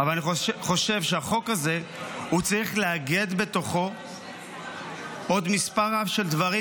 אבל אני חושב שהחוק הזה צריך לאגד בתוכו עוד מספר רב של דברים,